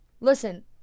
Listen